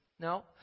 No